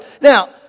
Now